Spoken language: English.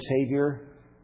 Savior